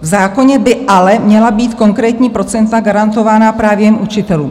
V zákoně by ale měla být konkrétní procenta garantována právě jen učitelům.